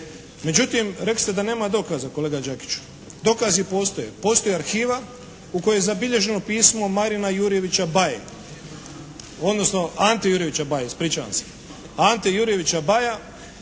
Međutim rekli ste da nema dokaza kolega Đakiću. Dokazi postoje. Postoji arhiva u kojoj je zabilježeno pismo Marina Jurjevića Baje odnosno Ante Jurjevića Baje, ispričavam se. Ante Jurjevića Baja